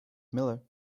miller